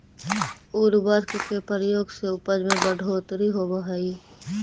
उर्वरक के प्रयोग से उपज में बढ़ोत्तरी होवऽ हई